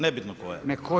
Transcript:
Nebitno koja.